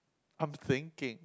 I'm thinking